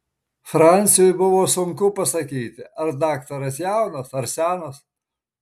franciui buvo sunku pasakyti ar daktaras jaunas ar senas